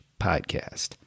podcast